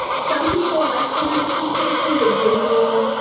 yeah some people like the written communication, but visual,